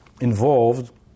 involved